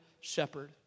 shepherd